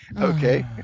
okay